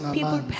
people